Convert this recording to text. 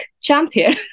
champion